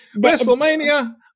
WrestleMania